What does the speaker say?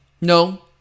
No